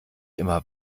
immer